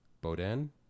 Boden